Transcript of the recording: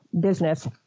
business